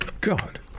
God